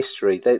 history